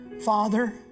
Father